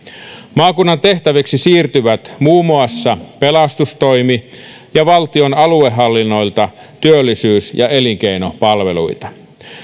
maakunnan tehtäviksi siirtyvät muun muassa pelastustoimi ja valtion aluehallinnolta työllisyys ja elinkeinopalveluita